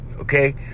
okay